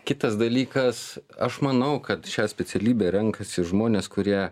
kitas dalykas aš manau kad šią specialybę renkasi žmonės kurie